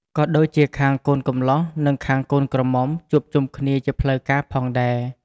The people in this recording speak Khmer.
ក៏ដូចជាខាងកូនកំលោះ និងខាងកូនក្រមុំ ជួបជុំគ្នាជាផ្លូវការផងដែរ។